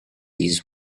his